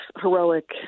heroic